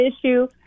issue